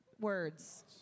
Words